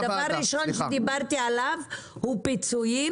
הדבר הראשון שדיברתי עליו הוא פיצויים